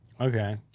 Okay